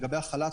לגבי החל"ת,